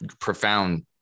profound